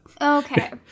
okay